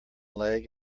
leg